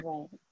Right